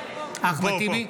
טיבי,